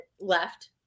left